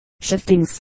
shiftings